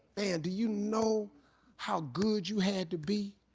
and you know how good you had to be